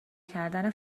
کردن